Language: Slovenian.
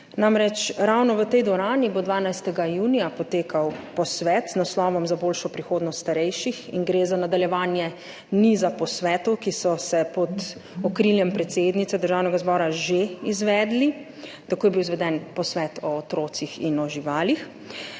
Namreč, ravno v tej dvorani bo 12. junija potekal posvet z naslovom Za boljšo prihodnost starejših. Gre za nadaljevanje niza posvetov, ki so se pod okriljem predsednice Državnega zbora že izvedli. Tako je bil izveden posvet o otrocih in o živalih.